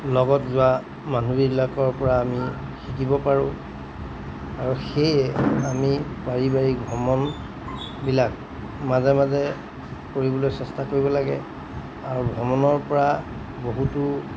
লগত যোৱা মানুহবিলাকৰ পৰা আমি শিকিব পাৰোঁ আৰু সেয়ে আমি পাৰিবাৰিক ভ্ৰমণবিলাক মাজে মাজে কৰিবলৈ চেষ্টা কৰিব লাগে আৰু ভ্ৰমণৰ পৰা বহুতো